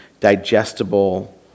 digestible